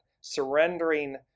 surrendering